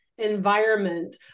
Environment